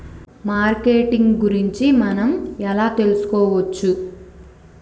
Marketing గురించి మనం ఎలా తెలుసుకోవచ్చు?